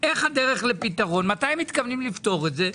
איך הדרך לפתרון, מתי מתכוונים לפתור את זה.